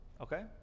Okay